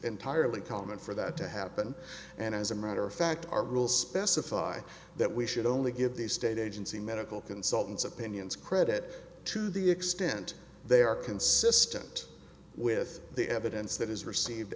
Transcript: entirely common for that to happen and as a matter of fact our rules specify that we should only give the state agency medical consultants opinions credit to the extent they are consistent with the evidence that is received